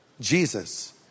Jesus